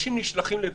אנשים נשלחים לבידוד.